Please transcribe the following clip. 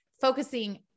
focusing